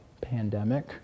Pandemic